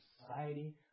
society